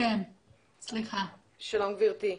שלום גברתי.